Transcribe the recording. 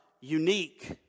unique